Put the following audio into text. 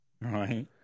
Right